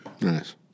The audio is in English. Nice